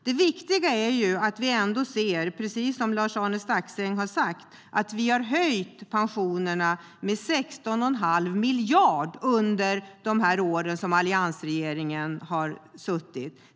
Det viktiga är att vi, precis som Lars-Arne Staxäng sa, höjde pensionerna med 16 1⁄2 miljard under de år som alliansregeringen satt vid makten.